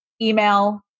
email